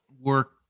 work